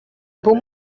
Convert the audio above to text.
πού